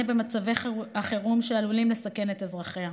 במצבי החירום שעלולים לסכן את אזרחיה.